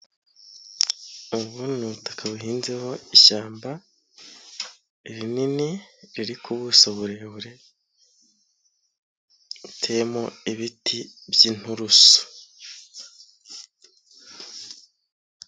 Ubu ni ubutaka buhinzeho ishyamba rinini, riri ku busa burebure, riteyemo ibiti by'inturusu.